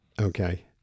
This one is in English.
Okay